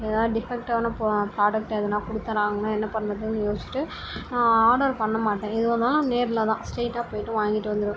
எதாவது டிஃபெக்ட்டான அப்புறம் ப்ராடக்ட் எதனா கொடுத்துட்டாங்கனா என்ன பண்ணுறதுன்னு யோசிச்சிகிட்டு நான் ஆர்டர் பண்ண மாட்டேன் எதுவாக இருந்தாலும் நேரில் தான் ஸ்ட்ரைட்டாக போயிட்டு வாங்கிட்டு வந்துருவேன்